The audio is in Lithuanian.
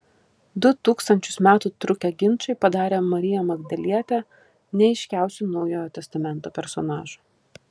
du tūkstančius metų trukę ginčai padarė mariją magdalietę neaiškiausiu naujojo testamento personažu